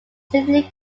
simply